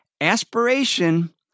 aspiration